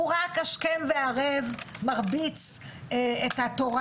הוא רק השכם והערב מרביץ את התורה